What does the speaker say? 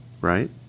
right